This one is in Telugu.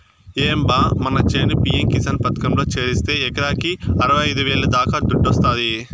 ఏం బా మన చేను పి.యం కిసాన్ పథకంలో చేరిస్తే ఎకరాకి అరవైఐదు వేల దాకా దుడ్డొస్తాది